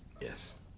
Yes